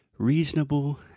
reasonable